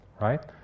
right